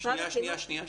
שנייה.